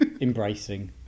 embracing